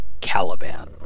Caliban